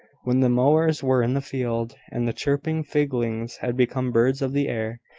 when the mowers were in the field, and the chirping fledgelings had become birds of the air,